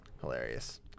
hilarious